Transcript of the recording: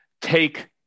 take